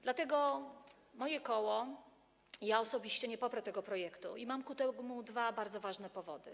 Dlatego moje koło i ja osobiście nie poprzemy tego projektu i mamy ku temu dwa bardzo ważne powody.